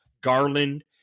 Garland